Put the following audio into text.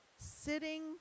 sitting